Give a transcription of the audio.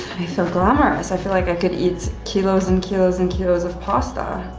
feel glamorous. i feel like i could eat kilos and kilos and kilos of pasta.